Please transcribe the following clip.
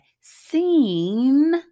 Seen